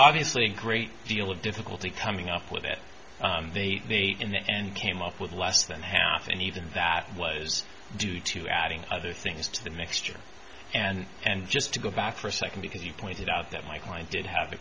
obviously a great deal of difficulty coming up with it the meat in the end came up with less than half and even that was due to adding other things to the mixture and and just to go back for a second because you pointed out that my client did have